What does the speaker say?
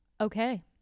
Okay